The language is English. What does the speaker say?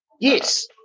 Yes